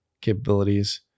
capabilities